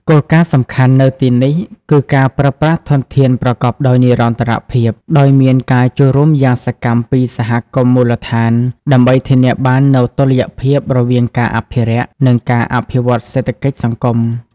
គោលការណ៍សំខាន់នៅទីនេះគឺការប្រើប្រាស់ធនធានប្រកបដោយនិរន្តរភាព ដោយមានការចូលរួមយ៉ាងសកម្មពីសហគមន៍មូលដ្ឋាន ដើម្បីធានាបាននូវតុល្យភាពរវាងការអភិរក្ស និងការអភិវឌ្ឍសេដ្ឋកិច្ចសង្គម។